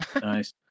Nice